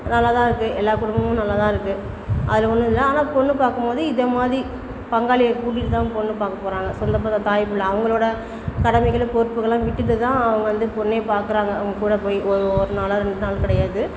நல்லா தான் இருக்குது எல்லா குடும்பமும் நல்லா தான் இருக்குது அதில் ஒன்னுமில்ல ஆனால் பொண்ணு பார்க்கும்பொழுது இதுமாதிரி பங்காளியை கூட்டிகிட்டு தான் பொண்ணு பார்க்க போகிறாங்க சொந்தபந்தம் தாய்ப்புள்ளை அவங்களோட கடமைகளை பொறுப்புகளெலாம் விட்டுட்டு தான் அவங்க வந்து பொண்ணே பார்க்கறாங்க அவங்க கூட போய் ஒரு நாளோ ரெண்டு நாள் கிடையாது